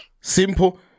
Simple